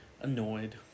Annoyed